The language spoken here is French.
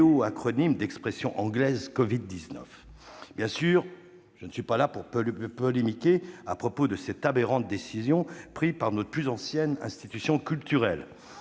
néo-acronyme d'expression anglaise « covid-19 »... Bien sûr, je ne suis pas là pour polémiquer à propos de cette aberrante décision prise par notre plus ancienne institution culturelle.